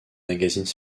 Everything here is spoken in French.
magazines